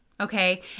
okay